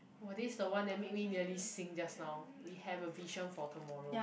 !wah! this is the one that made me nearly sing just now we have a vision for tomorrow